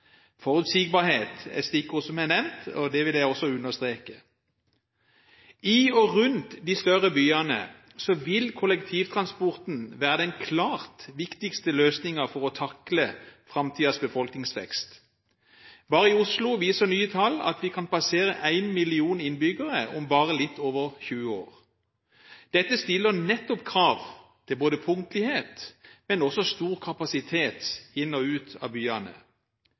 Forutsigbarhet er et stikkord som er nevnt, og det vil jeg også understreke. I og rundt de større byene vil kollektivtransporten være den klart viktigste løsningen for å takle framtidens befolkningsvekst. Bare i Oslo viser nye tall at vi kan passere 1 million innbyggere om bare litt over 20 år. Dette stiller nettopp krav til punktlighet, men også til stor kapasitet inn og ut av byene,